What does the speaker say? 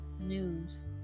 news